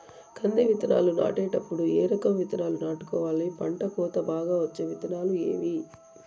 కంది విత్తనాలు నాటేటప్పుడు ఏ రకం విత్తనాలు నాటుకోవాలి, పంట కోత బాగా వచ్చే విత్తనాలు ఏవీ?